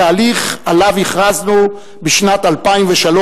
התהליך שעליו הכרזנו בשנת 2003,